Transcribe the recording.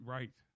Right